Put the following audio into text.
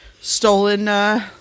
stolen